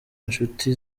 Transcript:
inshuti